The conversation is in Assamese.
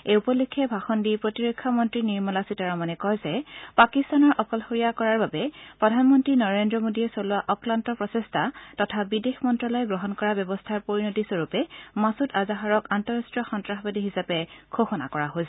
এই উপলক্ষে ভাষণ দি প্ৰতিৰক্ষা মন্ত্ৰী নিৰ্মলা সীতাৰমনে কয় যে পাকিস্তানক অকলশৰীয়া কৰাৰ বাবে প্ৰধানমন্ত্ৰী নৰেন্দ্ৰ মোদীয়ে চলোৱা অক্লান্ত প্ৰচেষ্টা তথা বিদেশ মন্ত্ৰালয়ে গ্ৰহণ কৰা ব্যৱস্থাৰ পৰিণতি স্বৰূপে মাছুদ আজহাৰক আন্তঃৰট্টীয় সন্তাসবাদী হিচাপে ঘোষণা কৰা হৈছে